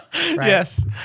Yes